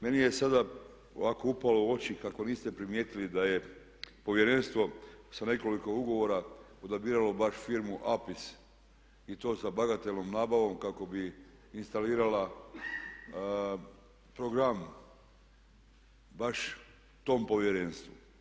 Meni je sada ovako upalo u oči kako niste primijetili da je Povjerenstvo sa nekoliko ugovora odabiralo baš firmu Apis i to sa bagatelnom nabavom kako bi instalirala program baš tom Povjerenstvu.